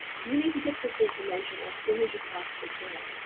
you need to get this information as soon as you possibly can.